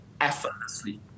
effortlessly